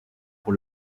pour